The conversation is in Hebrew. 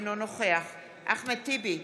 אינו נוכח אחמד טיבי,